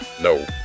No